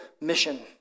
mission